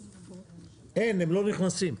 הם, הם לא נכנסים.